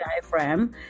diaphragm